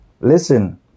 Listen